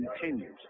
continues